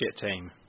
team